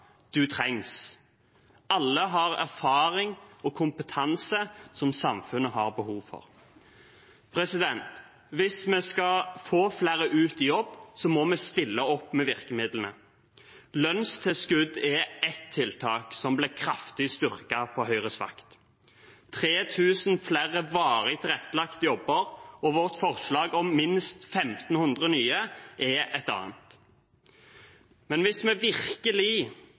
Du trengs. Alle har erfaring og kompetanse som samfunnet har behov for. Hvis vi skal få flere ut i jobb, må vi stille opp med virkemidlene. Lønnstilskudd er ett tiltak som ble kraftig styrket på Høyres vakt. 3 000 flere varig tilrettelagte jobber og vårt forslag om minst 1 500 nye er et annet. Men hvis vi virkelig